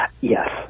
Yes